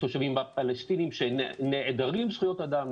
התושבים הפלסטינים שנעדרים זכויות אדם,